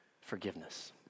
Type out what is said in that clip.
forgiveness